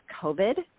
COVID